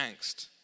angst